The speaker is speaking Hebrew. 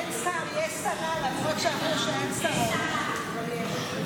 אין שר, יש שרה, למרות שאמרו שאין שרות, אבל יש.